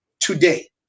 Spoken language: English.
today